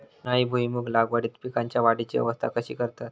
उन्हाळी भुईमूग लागवडीत पीकांच्या वाढीची अवस्था कशी करतत?